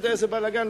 תראה איזה בלגן.